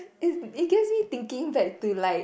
it because it thinking like to like